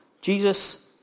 Jesus